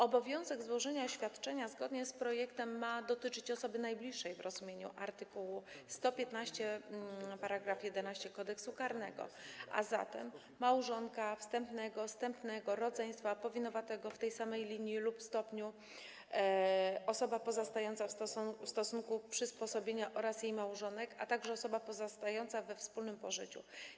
Obowiązek złożenia oświadczenia zgodnie z projektem ma dotyczyć osoby najbliższej w rozumieniu art. 115 § 11 Kodeksu karnego, a zatem małżonka, wstępnego, zstępnego, rodzeństwa, powinowatego w tej samej linii lub stopniu, osoby pozostającej w stosunku przysposobienia oraz jej małżonka, a także osoby pozostającej we wspólnym pożyciu.